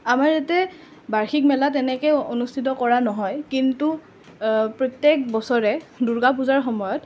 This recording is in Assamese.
আমাৰ ইয়াতে বাৰ্ষিক মেলা তেনেকৈ অনুষ্ঠিত কৰা নহয় কিন্তু প্ৰত্যেক বছৰে দুৰ্গা পূজাৰ সময়ত